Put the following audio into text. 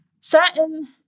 certain